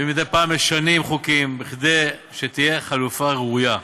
ומדי פעם משנים חוקים, כדי שתהיה תחלופה ראויה.